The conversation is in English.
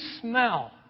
smell